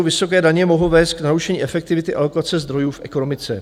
Vysoké daně mohou vést k narušení efektivity alokace zdrojů v ekonomice.